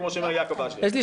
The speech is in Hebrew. כמו אמר יעקב אשר.